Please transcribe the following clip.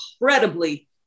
incredibly